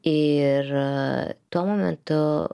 ir tuo momentu